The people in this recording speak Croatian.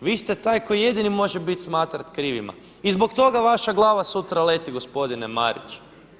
Vi ste taj koji jedini može biti smatran krivima i zbog toga vaša glava sutra leti gospodine Mariću.